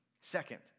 Second